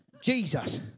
Jesus